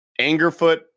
Angerfoot